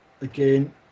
again